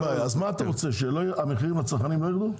אז מה אתה רוצה, שהמחיר לצרכן לא ירד?